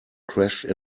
crashed